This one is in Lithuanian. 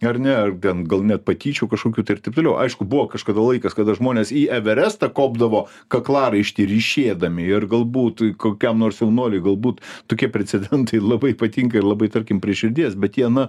ar ne ar gan gal net patyčių kažkokių tai ir taip toliau aišku buvo kažkada laikas kada žmonės į everestą kopdavo kaklaraištį ryšėdami ir galbūt kokiam nors jaunuoliui galbūt tokie precedentai labai patinka ir labai tarkim prie širdies bet jie na